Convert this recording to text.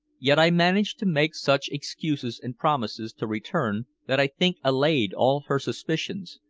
yet i managed to make such excuses and promises to return that i think allayed all her suspicions,